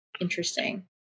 Interesting